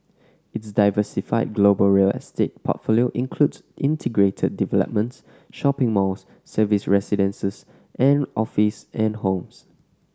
its diversified global real estate portfolio includes integrated developments shopping malls serviced residences and office and homes